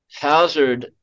hazard